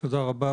תודה רבה.